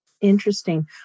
Interesting